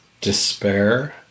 despair